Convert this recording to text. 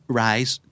rise